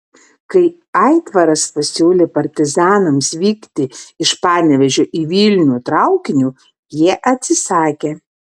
kai aitvaras pasiūlė partizanams vykti iš panevėžio į vilnių traukiniu jie atsisakė